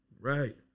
Right